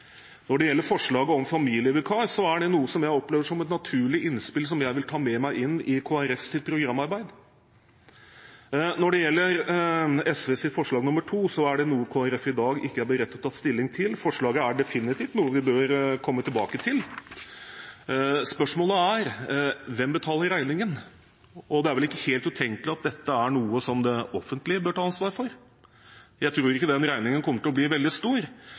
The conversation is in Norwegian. Når det gjelder forslaget om familievikar, er det noe som jeg opplever som et naturlig innspill som jeg vil ta med meg inn i Kristelig Folkepartis programarbeid. Når det gjelder SVs forslag nr. 2, er det noe Kristelig Folkeparti i dag ikke er beredt til å ta stilling til, men forslaget er definitivt noe vi bør komme tilbake til. Spørsmålet er: Hvem betaler regningen? Det er vel ikke helt utenkelig at dette er noe som det offentlige bør ta ansvar for. Jeg tror ikke den regningen kommer til å bli veldig stor,